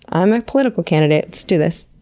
i'm a political candidate, let's do this.